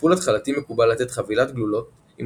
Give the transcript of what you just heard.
בטיפול התחלתי מקובל לתת חבילת גלולות עם